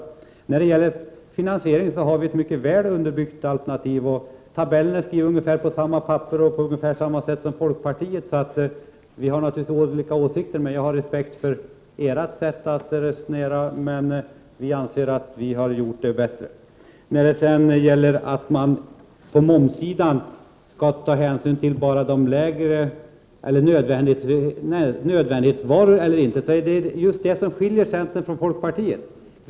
Beträffande finansieringen har vi ett mycket väl underbyggt alternativ. Tabellen har vi skrivit på ungefär samma slags papper och på ungefär samma sätt som folkpartiet. Vi har naturligtvis olika åsikter. Jag har respekt för ert sätt att resonera, men vi anser att vi har resonerat bättre. När det gäller frågan om man på momssidan bara skall ta hänsyn till nödvändighetsvaror eller inte, så är det just i det avseendet som centern och folkpartiet har olika uppfattning.